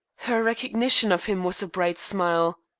her recognition of him was a bright smile.